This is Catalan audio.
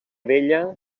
vella